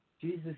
Jesus